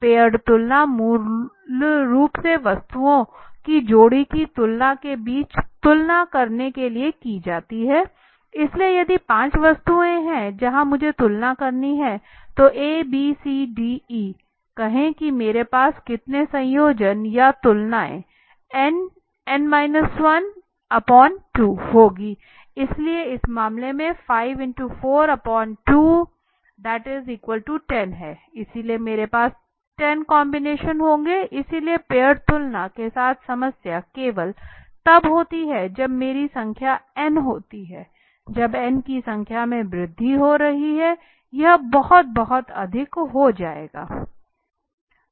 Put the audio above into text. paid तुलना मूल रूप से वस्तुओं की जोड़ी की तुलना के बीच तुलना करने के लिए की जाती है इसलिए यदि पांच वस्तुएं हैं जहां मुझे तुलना करनी है तो ABCDE कहें कि मेरे पास कितने संयोजन या तुलनाएं nn 1 2 होंगी इसलिए इस मामले में 5 4 2 10 है इसलिए मेरे पास 10 कॉम्बिनेशन होंगे इसलिए पेय्ड तुलना के साथ समस्या केवल तब होती है जब मेरी संख्या n होती है जब n की संख्या में वृद्धि हो रही है यह बहुत बहुत अधिक हो जाएगा